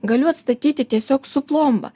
galiu atstatyti tiesiog su plomba